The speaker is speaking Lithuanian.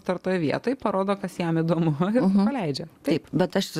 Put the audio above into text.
sutartoj vietoj parodo kas jam įdomu ir paleidžia taip bet aš